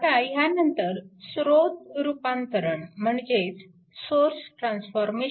आता ह्यानंतर स्रोत रूपांतरण म्हणजेच सोर्स ट्रान्सफॉर्मेशन